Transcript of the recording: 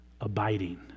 abiding